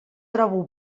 trobo